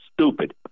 stupid